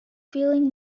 feeling